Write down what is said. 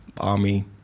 army